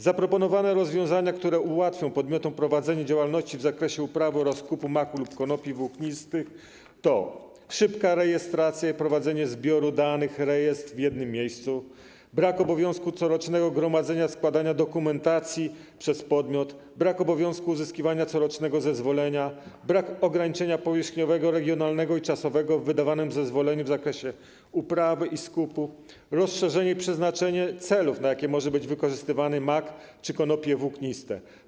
Zaproponowane rozwiązania, które ułatwią podmiotom prowadzenie działalności w zakresie uprawy oraz skupu maku lub konopi włóknistych, to: szybka rejestracja i prowadzenie zbioru danych (rejestr) w jednym miejscu; brak obowiązku corocznego gromadzenia i składania dokumentacji przez podmiot; brak obowiązku uzyskiwania corocznego zezwolenia; brak ograniczenia powierzchniowego, regionalnego i czasowego w wydawanym zezwoleniu w zakresie uprawy i skupu; rozszerzenie przeznaczenia i celów, na jakie może być wykorzystywany mak czy konopie włókniste.